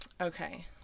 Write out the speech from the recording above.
okay